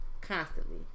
Constantly